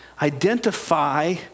identify